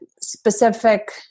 specific